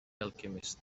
alchemist